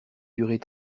durées